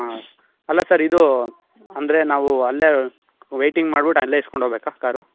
ಹಾಂ ಅಲ್ಲ ಸರ್ ಇದು ಅಂದರೆ ನಾವು ಅಲ್ಲೇ ವೈಟಿಂಗ್ ಮಾಡ್ಬಿಟ್ಟು ಅಲ್ಲೇ ಇಸ್ಕೊಂಡು ಹೋಗ್ಬೇಕಾ ಕಾರು